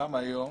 גם היום